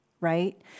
right